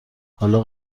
حالا